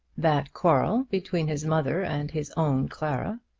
that quarrel between his mother and his own clara.